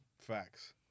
Facts